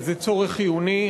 זה צורך חיוני,